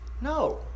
No